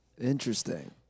Interesting